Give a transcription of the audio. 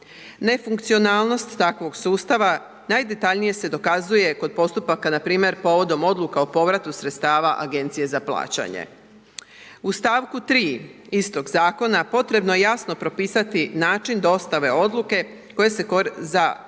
Nefunkcionalnost takvog sustava najdetaljnije se dokazuje kod postupaka npr. povodom odluka o povratu sredstava Agencije za plaćanje. U st. 3. istog Zakona potrebno je jasno propisati način dostave odluke koje se za